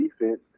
defense